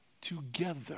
Together